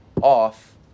off